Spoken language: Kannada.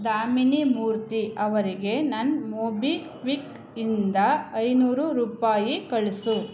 ದಾಮಿನಿ ಮೂರ್ತಿ ಅವರಿಗೆ ನನ್ನ ಮೊಬಿಕ್ವಿಕ್ ಇಂದ ಐನೂರು ರೂಪಾಯಿ ಕಳಿಸು